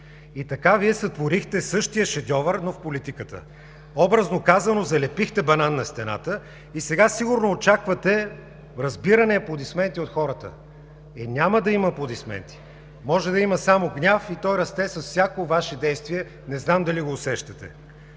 И така Вие сътворихте същия шедьовър, но в политиката. Образно казано, залепихте банан на стената и сега сигурно очаквате разбиране и аплодисменти от хората. Е, няма да има аплодисменти. Може да има само гняв и той расте с всяко Ваше действие – не знам дали го усещате.